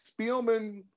Spielman